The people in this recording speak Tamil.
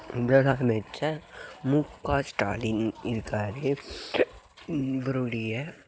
முதலமைச்சர் முக ஸ்டாலின் இருக்கார் இவருடைய